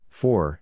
four